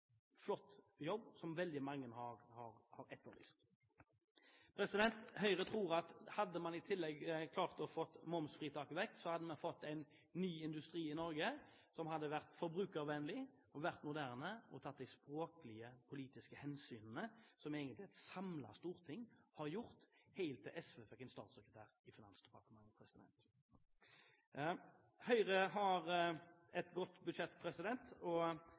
flott jobb som veldig mange har etterlyst. Høyre tror at hadde man i tillegg klart å få momsfritak, hadde man fått en ny industri i Norge som hadde vært forbrukervennlig, vært moderne og tatt de språklige politiske hensynene som et samlet storting egentlig har gjort helt til SV fikk en statssekretær i Finansdepartementet. Høyre har et godt budsjett og